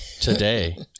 Today